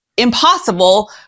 impossible